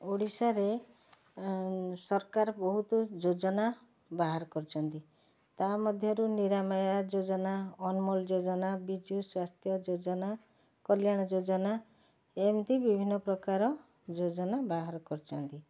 ଓଡ଼ିଶାରେ ସରକାର ବହୁତ ଯୋଜନା ବାହାର କରିଛନ୍ତି ତା ମଧ୍ୟରୁ ନିରାମୟ ଯୋଜନା ଅନମୋଲ୍ ଯୋଜନା ବିଜୁସ୍ୱାସ୍ଥ୍ୟ ଯୋଜନା କଲ୍ୟାଣ ଯୋଜନାଏମିତି ବିଭିନ୍ନ ପ୍ରକାର ଯୋଜନା ବାହାର କରିଛନ୍ତି